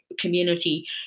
community